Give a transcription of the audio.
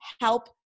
help